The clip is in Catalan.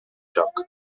joc